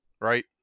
right